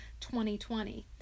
2020